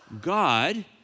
God